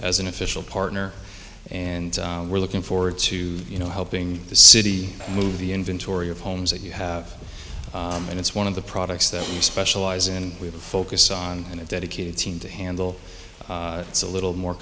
as an official partner and we're looking forward to you know helping the city move the inventory of homes that you have and it's one of the products that you specialize in with a focus on and a dedicated team to handle it's a little more